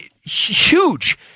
huge